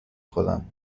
خورم